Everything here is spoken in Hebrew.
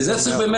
איפה